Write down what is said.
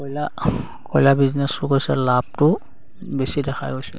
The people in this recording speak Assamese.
কয়লা কয়লা বিজনেছ লাভটো বেছি দেখা গৈছে